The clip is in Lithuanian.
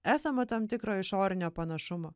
esama tam tikro išorinio panašumo